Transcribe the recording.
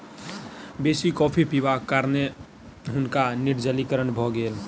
बेसी कॉफ़ी पिबाक कारणें हुनका निर्जलीकरण भ गेल